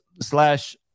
slash